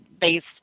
based